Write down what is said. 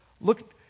Look